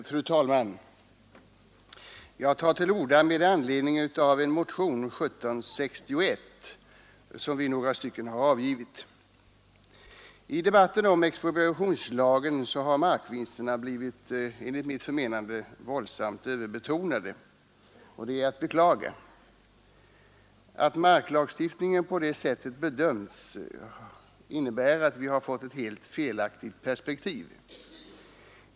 Fru talman! Jag tar till orda med anledning av motionen 1761. I debatten om expropriationslagen har vinsterna på mark enligt mitt förmenande blivit våldsamt överbetonade. Det är att beklaga att marklagstiftningen på det sättet bedöms i helt felaktigt perspektiv.